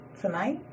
tonight